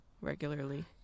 regularly